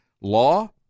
law